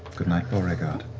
good night, beauregard.